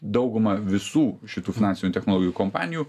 daugumą visų šitų finansinių technologijų kompanijų